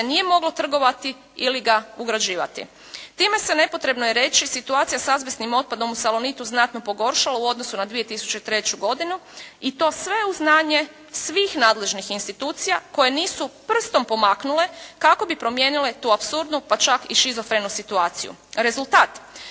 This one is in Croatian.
nije moglo trgovati ili ga ugrađivati. Time se nepotrebno je reći situacija s azbestnim otpadom u Salonitu u znatno pogoršalo u odnosu na 2003. godinu i to sve uz znanje svih nadležnih institucija koje nisu prstom pomaknule kako bi promijenile tu apsurdnu, pa čak i šizofrenu situaciju. Rezultat.